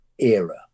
era